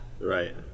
right